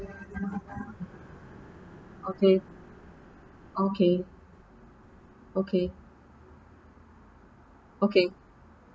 okay okay okay okay